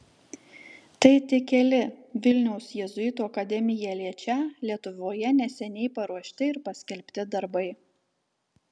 tai tik keli vilniaus jėzuitų akademiją liečią lietuvoje neseniai paruošti ir paskelbti darbai